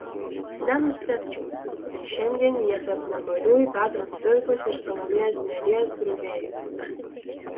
nenustebčiau jei šiandien jie tarp nemariųjų petro cvirkos ir salomėjos nėries griovėjų